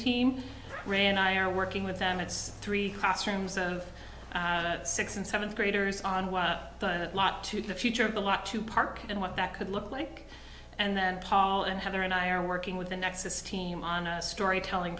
team ran i are working with them it's three classrooms of six and seventh graders on a lot to the future of a lot to park and what that could look like and then paul and heather and i are working with the nexus team on a storytelling